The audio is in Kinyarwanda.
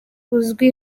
uzwi